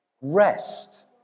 Rest